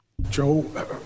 Joe